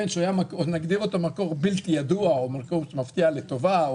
שנגדיר אותו מקור בלתי ידוע או מפתיע לטובה,